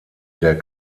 der